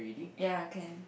ya can